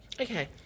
Okay